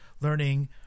learning